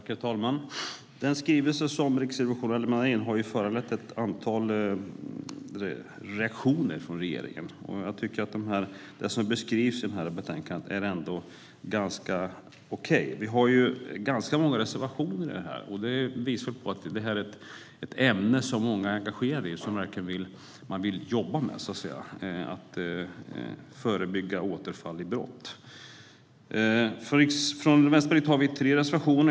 Herr talman! Den skrivelse som Riksrevisionen har lämnat har föranlett ett antal reaktioner från regeringen. Det som beskrivs i betänkandet är ändå ganska okej. Vi har ganska många reservationer. Det visar att det är ett ämne, att förebygga återfall i brott, som många är engagerade i och som man verkligen vill jobba med. Från Vänsterpartiet har vi tre reservationer.